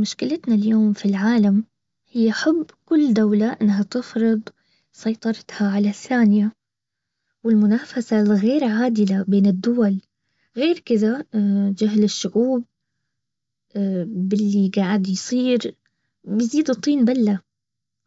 مشكلتنا اليوم في العالم هي حب كل دولة انها تفرض سيطرتها على الثانية والمنافسة الغير عادلة بين الدول غير كذا جهل الشعوب باللي قاعد يصير يزيد الطين بلة